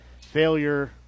failure